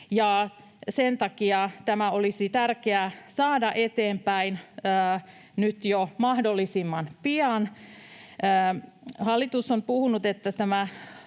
sen takia tämä olisi tärkeä saada eteenpäin nyt jo mahdollisimman pian. Hallitus on puhunut, että